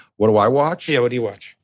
what do i watch? yeah, what do you watch?